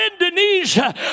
Indonesia